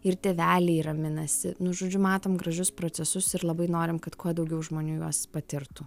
ir tėveliai raminasi nu žodžiu matom gražius procesus ir labai norim kad kuo daugiau žmonių juos patirtų